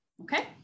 Okay